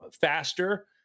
faster